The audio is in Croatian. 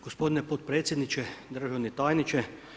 Gospodine potpredsjedniče, državni tajniče.